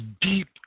deep